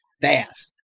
fast